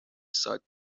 sought